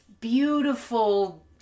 beautiful